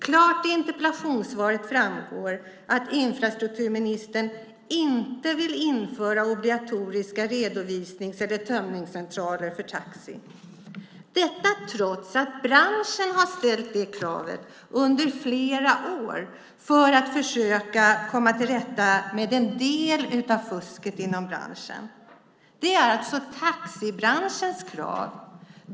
Klart i interpellationssvaret framgår, herr talman, att infrastrukturministern inte vill införa obligatoriska redovisnings eller tömningscentraler för taxi. Detta trots att branschen har ställt det kravet under flera år för att försöka komma till rätta med en del av fusket inom branschen. Det är alltså taxibranschens krav.